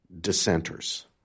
dissenters